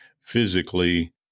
physically